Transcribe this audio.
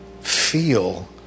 feel